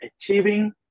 achieving